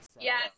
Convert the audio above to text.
Yes